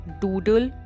doodle